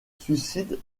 suscite